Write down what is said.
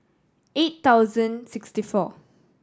eight thousand sixty four